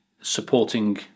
supporting